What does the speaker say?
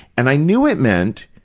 and i knew it meant